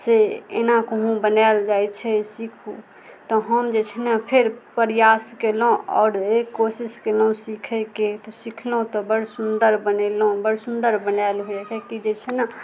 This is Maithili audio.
से एना कहू बनाएल जाइ छै सीखू तऽ हम जे छै ने फेर प्रयास केलहुॅं आओर एक कोशिश केलहुॅं सीखैके तऽ सिखलहुॅं तऽ बड़ सुन्दर बनेलहुॅं बड़ सुन्दर बनाएल होइए कि जे छै ने